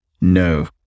no